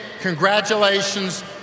congratulations